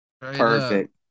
Perfect